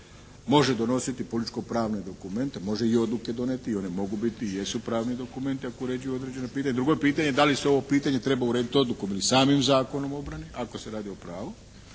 može donositi političko-pravne dokumente, može i odluke donijeti i one mogu biti i jesu pravni dokumenti ako uređuju određena pitanja. Drugo je pitanje da li se ovo pitanje treba urediti odlukom ili samim Zakonom o obrani ako se radi o pravu